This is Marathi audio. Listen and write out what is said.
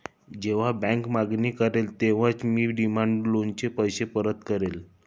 जेव्हा बँक मागणी करेल तेव्हाच मी डिमांड लोनचे पैसे परत करेन